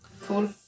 cool